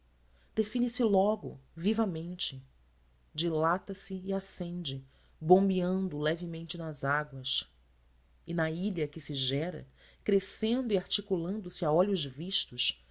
define se logo vivamente dilata se e ascende bombeando levemente nas águas e na ilha que se gera crescendo e articulando se a olhos vistos